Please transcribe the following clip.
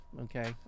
okay